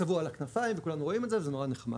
וזה צבוע על הכנפיים וכולנו רואים את זה וזה נורא נחמד.